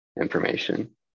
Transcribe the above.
information